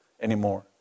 anymore